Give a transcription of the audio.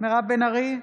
מירב בן ארי,